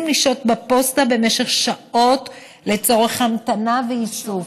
לשהות בפוסטה במשך שעות לצורך המתנה ואיסוף.